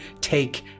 take